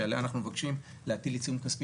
אנחנו עושים סבב.